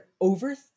over